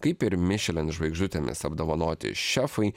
kaip ir mišelin žvaigždutėmis apdovanoti šefai